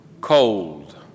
cold